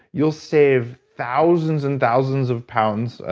you'll save thousands and thousands of pounds,